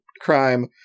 crime